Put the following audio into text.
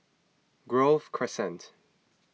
Grove Crescent